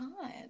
God